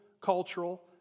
cultural